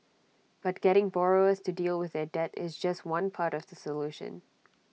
but getting borrowers to deal with their debt is just one part of the solution